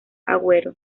agüero